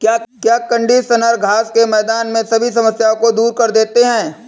क्या कंडीशनर घास के मैदान में सभी समस्याओं को दूर कर देते हैं?